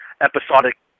episodic